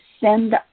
send